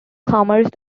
commerce